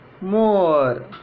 more